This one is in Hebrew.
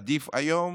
עדיף היום,